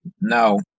No